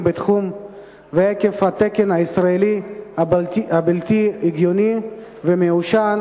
בתחום ועקב התקן הישראלי הבלתי-הגיוני והמיושן,